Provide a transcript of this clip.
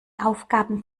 aufgaben